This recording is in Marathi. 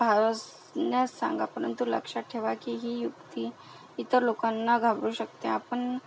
भासवण्यास सांगा परंतु लक्षात ठेवा की ही युक्ती इतर लोकांना घाबरू शकते आपण